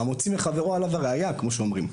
המוציא מחברו עליו הראיה, כמו שאומרים.